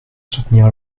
soutenir